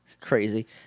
crazy